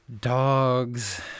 Dogs